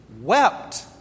wept